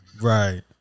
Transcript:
Right